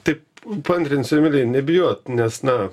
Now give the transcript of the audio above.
taip paantrinsiu emilijai nebijot nes na